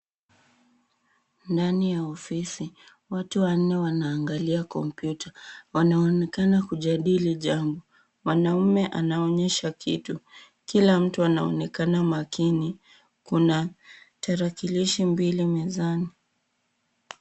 Ndani ya ofisi. Watu wanne wanaangalia kompyuta. Wanaonekana kujadili jambo. Mwanaume anaonyesha kitu. Kila mtu anaonekana makini. Kuna tarakilishi mbili mezani.